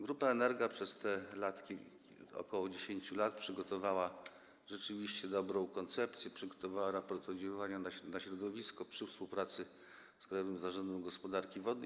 Grupa ENERGA przez ok. 10 lat przygotowała rzeczywiście dobrą koncepcję, przygotowała raport oddziaływania na środowisko we współpracy z Krajowym Zarządem Gospodarki Wodnej.